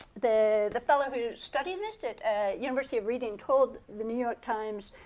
the the fellow who studied this at university of reading told the new york times,